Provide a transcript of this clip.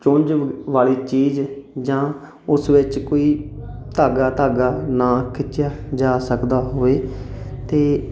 ਚੁੰਝ ਵਾਲੀ ਚੀਜ਼ ਜਾਂ ਉਸ ਵਿੱਚ ਕੋਈ ਧਾਗਾ ਧਾਗਾ ਨਾ ਖਿੱਚਿਆ ਜਾ ਸਕਦਾ ਹੋਏ ਅਤੇ